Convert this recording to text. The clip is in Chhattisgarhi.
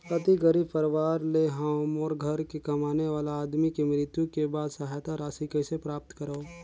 अति गरीब परवार ले हवं मोर घर के कमाने वाला आदमी के मृत्यु के बाद सहायता राशि कइसे प्राप्त करव?